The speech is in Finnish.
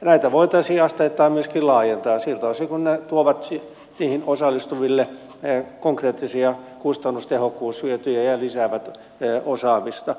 näitä voitaisiin asteittain myöskin laajentaa siltä osin kuin ne tuovat siihen osallistuville konkreettisia kustannustehokkuushyötyjä ja lisäävät osaamista